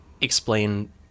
explain